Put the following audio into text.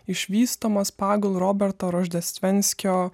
išvystomas pagal roberto roždešsvenskio